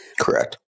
Correct